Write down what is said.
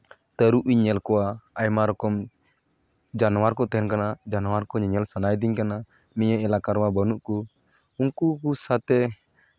ᱛᱟᱹᱨᱩᱵ ᱤᱧ ᱧᱮᱞ ᱠᱚᱣᱟ ᱟᱭᱢᱟ ᱨᱚᱠᱚᱢ ᱡᱟᱱᱣᱟᱨ ᱠᱚ ᱛᱟᱦᱮᱱ ᱠᱟᱱᱟ ᱡᱟᱱᱣᱟᱨ ᱠᱚ ᱧᱮᱧᱮᱞ ᱥᱟᱱᱟᱭᱮᱫᱤᱧ ᱠᱟᱱᱟ ᱱᱤᱭᱟᱹ ᱮᱞᱟᱠᱟ ᱨᱮᱢᱟ ᱵᱟᱹᱱᱩᱜ ᱠᱚ ᱩᱱᱠᱩ ᱠᱚ ᱥᱟᱛᱮ